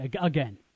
again